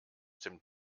dem